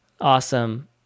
awesome